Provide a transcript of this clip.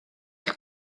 eich